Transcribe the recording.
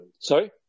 Sorry